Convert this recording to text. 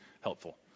helpful